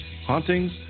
Hauntings